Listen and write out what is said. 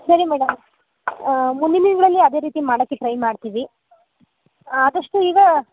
ಸರಿ ಮೇಡಮ್ ಮುಂದಿನ ದಿನಗಳಲ್ಲಿ ಅದೇ ರೀತಿ ಮಾಡೋಕ್ಕೆ ಟ್ರೈ ಮಾಡ್ತೀವಿ ಆದಷ್ಟು ಈಗ